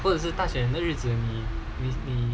或者是大选的日子